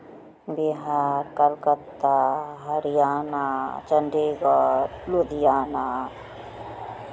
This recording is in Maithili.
बिहार कलकत्ता हरियाणा चण्डीगढ़ लुधियाना